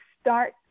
start